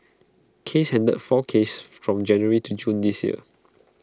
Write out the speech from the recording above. case handled four cases from January to June this year